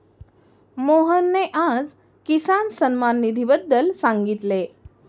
मोहनने आज किसान सन्मान निधीबद्दल सांगितले